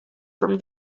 from